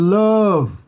love